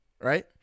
right